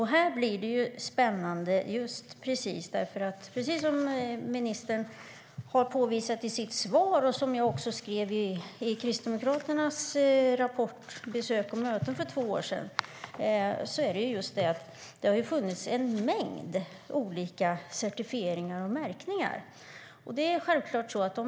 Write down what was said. Här blir det spännande. Precis som ministern har påvisat i sitt svar och som jag också skrev i Kristdemokraternas rapport Besök och möten för två år sedan har det funnits en mängd olika certifieringar och märkningar.